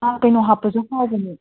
ꯀꯩꯅꯣ ꯍꯥꯞꯄꯁꯨ ꯍꯥꯎꯕꯅꯦ